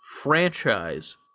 franchise